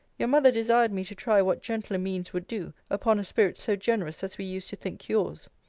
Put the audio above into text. your mother desired me to try what gentler means would do upon a spirit so generous as we used to think yours.